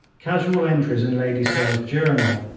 casual entries in lady sale's journal,